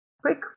Quick